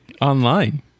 online